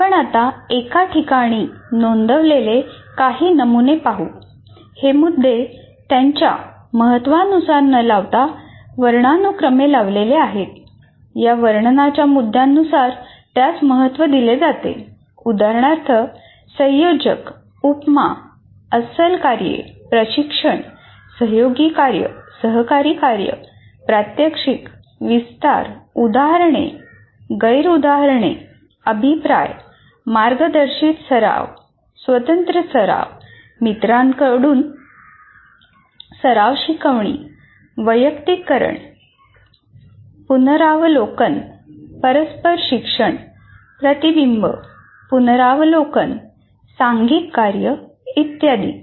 आपण आता एका ठिकाणी नोंदवलेले काही नमुने पाहू उदाहरणार्थ संयोजक उपमा अस्सल कार्ये प्रशिक्षण सहयोगी कार्य सहकारी कार्य प्रात्यक्षिक विस्तार उदाहरणे गैर उदाहरणे अभिप्राय मार्गदर्शित सराव स्वतंत्र सराव मित्रांकडून सराव शिकवणी वैयक्तिकरण पूर्वावलोकन परस्पर शिक्षण प्रतिबिंब पुनरावलोकन सांघिक कार्य इत्यादि